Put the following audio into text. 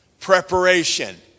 preparation